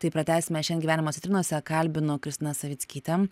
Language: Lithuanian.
tai pratęsime šiand gyvenimo citrinose kalbinu kristiną savickytę